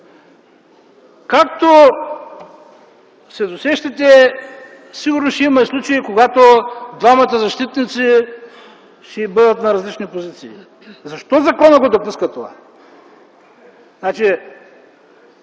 както се досещате, сигурно ще има случаи, когато двамата защитници ще бъдат на различни позиции. Защо законът го допуска това? Пак